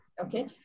Okay